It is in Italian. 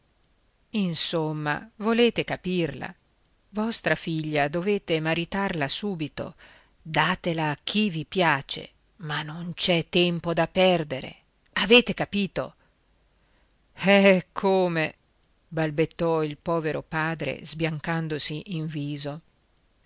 insomma volete capirla vostra figlia dovete maritarla subito datela a chi vi piace ma non c'è tempo da perdere avete capito eh come balbettò il povero padre sbiancandosi in viso